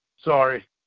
Sorry